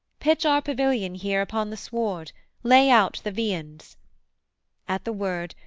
pitch our pavilion here upon the sward lay out the viands at the word,